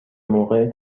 موقع